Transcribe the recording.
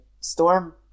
Storm